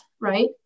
right